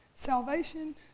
Salvation